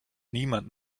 niemand